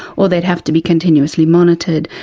or they'd have to be continuously monitored,